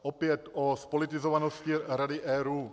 Opět o zpolitizovanosti Rady ERÚ.